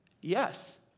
Yes